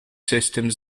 systems